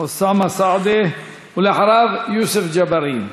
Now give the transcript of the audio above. אוסאמה סעדי, ולאחריו, יוסף ג'בארין.